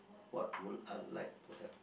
what will I like to have